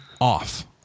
off